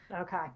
Okay